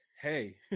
hey